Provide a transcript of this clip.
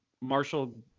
Marshall